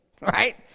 right